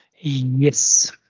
yes